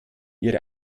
ihre